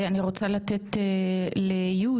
אני רוצה לתת לי'